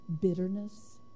bitterness